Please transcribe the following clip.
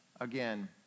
again